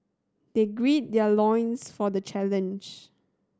they gird their loins for the challenge